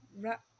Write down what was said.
wrap